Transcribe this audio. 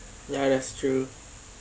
ya that's true